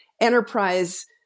enterprise